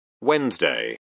Wednesday